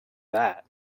that